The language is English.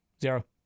Zero